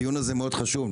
הדיון הזה מאוד חשוב,